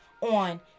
on